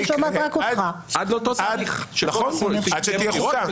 יקרה עד שתהיה חוקה.